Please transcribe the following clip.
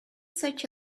such